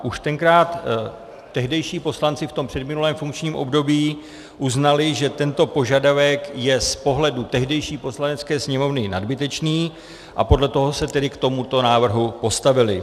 Už tenkrát tehdejší poslanci v tom předminulém funkčním období uznali, že tento požadavek je z pohledu tehdejší Poslanecké sněmovny nadbytečný, a podle toho se tedy k tomuto návrhu postavili.